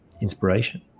inspiration